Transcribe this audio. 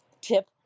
Tip